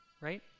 right